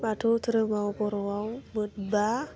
बाथौ दोहोरोमाव बर'वाव मोनबा